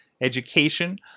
education